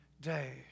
day